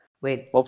Wait